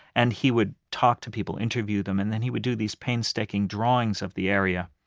and he would talk to people, interview them, and then he would do these painstaking drawings of the area.